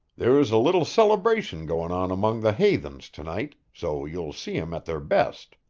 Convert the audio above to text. there's a little celebration goin' on among the haythens to-night, so you'll see em at their best.